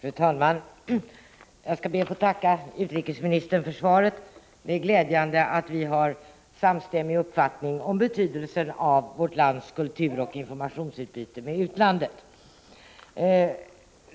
Fru talman! Jag skall be att få tacka utrikesministern för svaret. Det är glädjande att vi har en samstämmig uppfattning om betydelsen av vårt lands kulturoch informationsutbyte med utlandet.